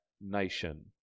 nation